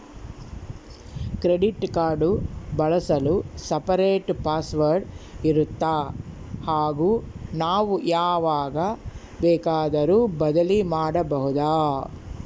Credit card ಬಳಸಲು separate password ಇರುತ್ತಾ ಹಾಗೂ ನಾವು ಯಾವಾಗ ಬೇಕಾದರೂ ಬದಲಿ ಮಾಡಬಹುದಾ?